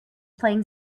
playing